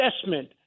assessment